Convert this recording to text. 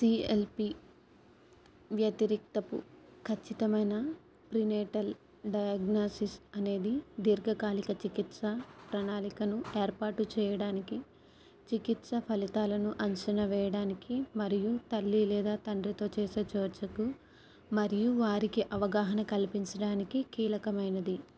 CLP వ్యతిరిక్తపు ఖచ్చితమైన prenatal diagnosis అనేది దీర్ఘకాలిక చికిత్స ప్రణాళికను ఏర్పాటు చేయడానికి చికిత్స ఫలితాలను అంచనా వేయడానికి మరియు తల్లి లేదా తండ్రితో చేసే చర్చకు మరియు వారికి అవగాహన కల్పించడానికి కీలకమైనది